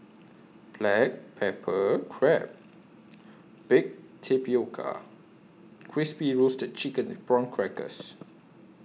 Black Pepper Crab Baked Tapioca and Crispy Roasted Chicken with Prawn Crackers